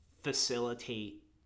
facilitate